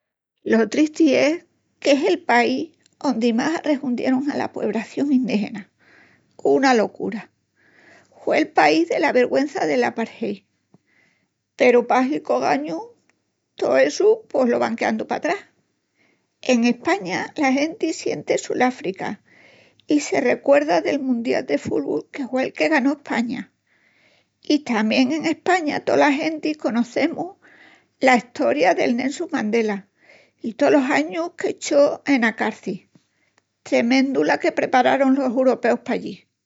Lo tristi es qu'es el país ondi más arrexurdierun ala puebración endígena, una locura. Hue'l país dela vergüença del apartheid. Peru pahi qu'ogañu tó essu pos lo van queandu patrás. En España la genti sienti Suláfrica i se recuerda del mundial de fubu que hue'l que ganó España. I tamién en España tola genti conocemus la estoria del Nelson Mandela i tolos añus qu'echó ena carci. Tremendu la que prepararun los uropeus pallí!